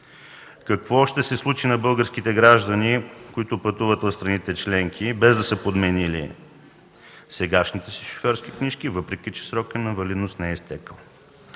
Какво ще се случи на българските граждани, които пътуват в страните членки, без да са подменили сегашните си шофьорски книжки, въпреки че срокът на валидност не е изтекъл?